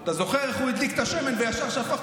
אתה זוכר איך הוא הדליק את השמן וישר שפך?